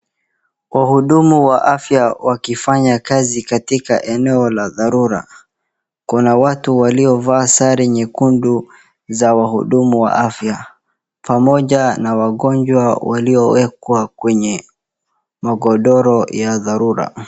Wahudumu wa afya wakifanya kazi katika eneo la dharura, kuna watu waliovaa sare nyekundu za wahudumu wa afya pamoja na wagonjwa walioekwa kwenye magodoro ya dharura.